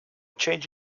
change